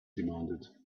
demanded